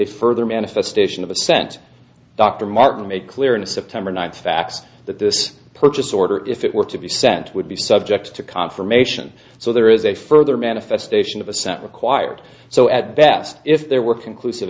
a further manifestation of assent dr martin made clear in a september ninth fax that this purchase order if it were to be sent would be subject to confirmation so there is a further manifestation of assent required so at best if there were conclusive